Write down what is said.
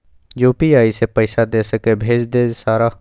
UPI से पैसा दे सके भेज दे सारा?